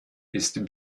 ist